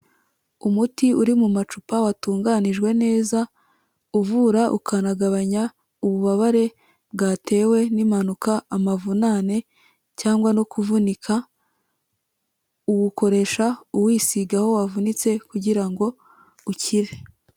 Umuti uri mu macupa watunganijwe neza, uvura ukanagabanya ububabare bwatewe n'impanuka, amavunane, cyangwa no kuvunika, uwukoresha uwusiga aho wavunitse kugira ngo ukire.